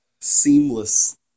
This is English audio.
seamless